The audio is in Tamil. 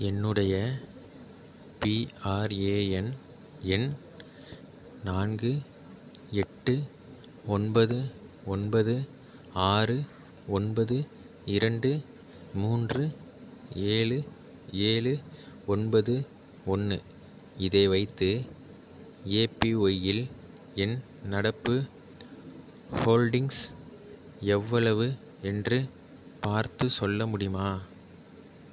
என்னுடைய பிஆர்ஏஎன் எண் நான்கு எட்டு ஒன்பது ஒன்பது ஆறு ஒன்பது இரண்டு மூன்று ஏழு ஏழு ஒன்பது ஒன்று இதை வைத்து ஏபிஒய் இல் என் நடப்பு ஹோல்டிங்ஸ் எவ்வளவு என்று பார்த்துச் சொல்ல முடியுமா